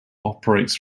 operates